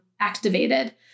activated